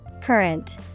Current